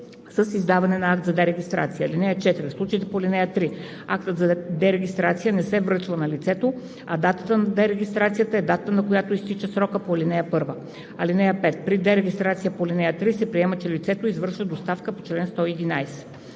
с издаване на акт за дерегистрация. (4) В случаите по ал. 3 актът за дерегистрация не се връчва на лицето, а датата на дерегистрация е датата, на която изтича срокът по ал. 1. (5) При дерегистрацията по ал. 3 се приема, че лицето извършва доставка по чл. 111.“